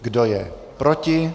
Kdo je proti?